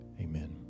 Amen